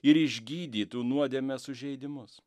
ir išgydytų nuodėmės sužeidimus